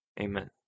Amen